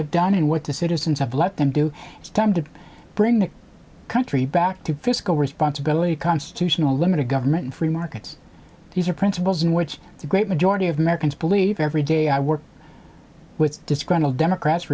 have done and what the citizens have let them do it's time to bring the country back to fiscal responsibility constitutionally limited government and free markets these are principles in which the great majority of americans believe every day i work with disgruntled democrats